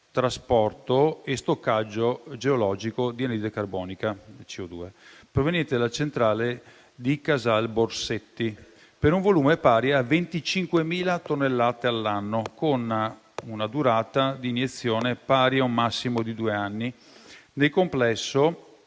trasporto e stoccaggio geologico di anidride carbonica (CO2), proveniente dalla centrale di Casalborsetti, per un volume pari a 25.000 tonnellate all'anno, con una durata d'iniezione pari a un massimo di due anni nel complesso